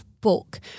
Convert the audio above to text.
book